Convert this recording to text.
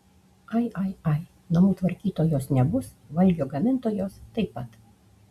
ai ai ai namų tvarkytojos nebus valgio gamintojos taip pat